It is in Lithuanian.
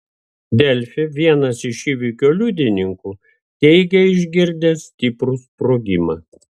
delfi vienas iš įvykio liudininkų teigė išgirdęs stiprų sprogimą